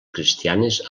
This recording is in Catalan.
cristianes